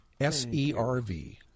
S-E-R-V